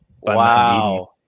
Wow